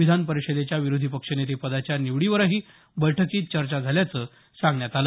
विधान परिषदेच्या विरोधी पक्ष नेते पदाच्या निवडीवरही बैठकीत चर्चा झाल्याचं सांगण्यात आलं